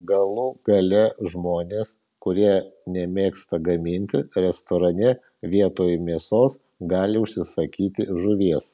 galų gale žmonės kurie nemėgsta gaminti restorane vietoj mėsos gali užsisakyti žuvies